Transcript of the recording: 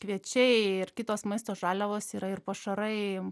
kviečiai ir kitos maisto žaliavos yra ir pašarai